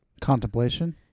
Contemplation